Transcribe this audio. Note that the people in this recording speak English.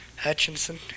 Hutchinson